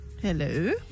Hello